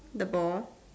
the ball